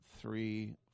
three